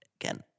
again